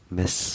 miss